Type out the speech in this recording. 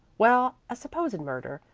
well, a supposed murder.